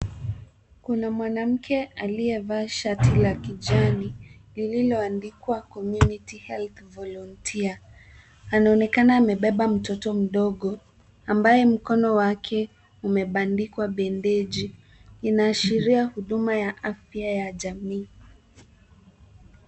Kuna mwanamke aliyevaa shati la kijani lililoandikwa Community Health Volunteer ,anaonekana amebeba mtoto mdogo ambaye mkono wake umebandikwa bendeji ,inaashiria huduma ya afya ya jamii.